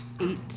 eight